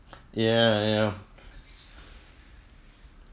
ya ya